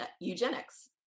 eugenics